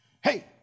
hey